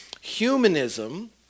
Humanism